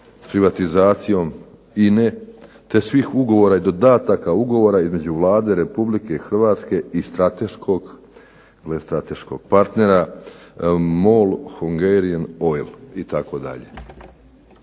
s privatizacijom INA-e, te svih ugovora i dodataka ugovora između Vlade Republike Hrvatske i strateškog partnera MOL Hungarian Oil, itd.